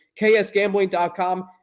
ksgambling.com